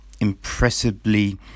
impressively